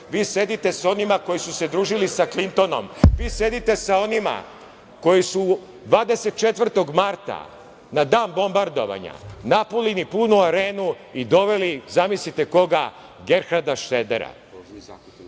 Vi sedite sa onima koji su se družili sa Klintonom. Vi sedite sa onima koji su 24. marta, na dan bombardovanja, napunili punu Arenu i doveli, zamislite koga, Gerharda Šredera.